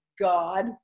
God